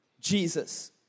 Jesus